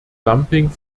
dumping